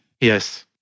Yes